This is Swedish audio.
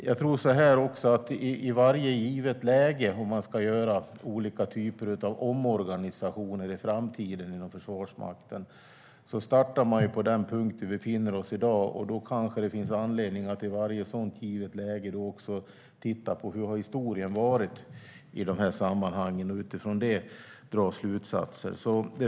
Jag tror att i varje givet läge, om man ska göra olika typer av omorganisationer i framtiden inom Försvarsmakten, startar man på den punkt där vi befinner oss i dag. I varje sådant givet läge finns det kanske anledning att också titta på hur historien har varit i sammanhanget och utifrån det dra slutsatser.